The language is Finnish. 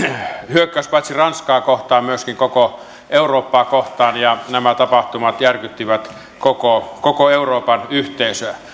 hyökkäys paitsi ranskaa kohtaan myöskin koko eurooppaa kohtaan ja nämä tapahtumat järkyttivät koko koko euroopan yhteisöä